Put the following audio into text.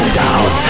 down